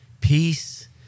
peace